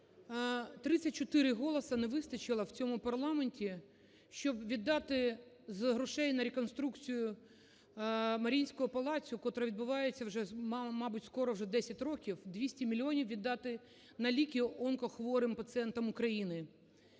34 голоси не вистачило в цьому парламенті, щоб віддати з грошей на реконструкцію Маріїнського палацу, котра відбувається вже, мабуть, скоро вже 10 років, 200 мільйонів віддати на ліки онкохворим пацієнтам України.